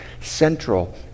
central